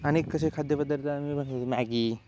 अनेक कसे खाद्यपदार्थ आम्ही बनवतो मॅगी